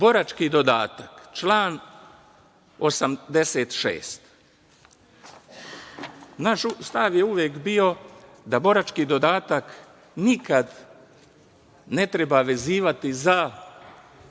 dodatak, član 86. naš stav je uvek bio da borački dodatak nikada ne treba vezivati za